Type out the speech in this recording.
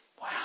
Wow